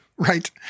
Right